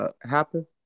happen